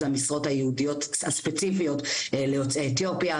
של המשרות הייעודיות הספציפיות ליוצאי אתיופיה,